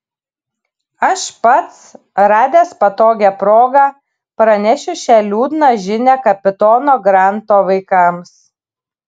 aš pats radęs patogią progą pranešiu šią liūdną žinią kapitono granto vaikams